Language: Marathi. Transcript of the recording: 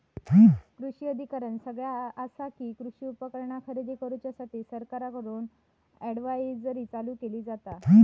कृषी अधिकाऱ्यानं सगळ्यां आसा कि, कृषी उपकरणा खरेदी करूसाठी सरकारकडून अडव्हायजरी चालू केली जाता